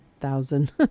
thousand